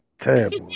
Terrible